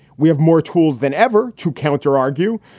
we have more tools than ever to counter argue,